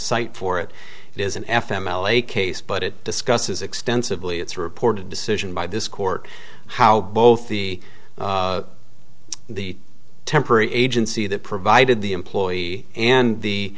cite for it is an f m l a case but it discusses extensively it's reported decision by this court how both the the temporary agency that provided the employee and the